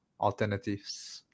alternatives